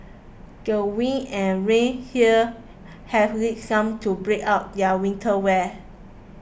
the winds and rain here have lead some to break out their winter wear